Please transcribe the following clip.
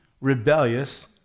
rebellious